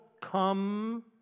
come